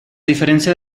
diferencia